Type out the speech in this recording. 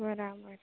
બરાબર